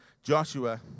Joshua